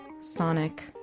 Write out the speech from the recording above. Sonic